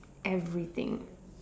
everything